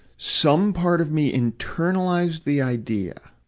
some part of me internalized the idea,